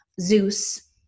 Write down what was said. Zeus